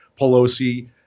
Pelosi